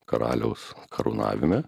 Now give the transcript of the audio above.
karaliaus karūnavime